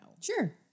Sure